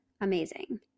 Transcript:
Amazing